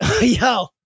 Yo